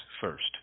first